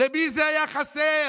למי זה היה חסר?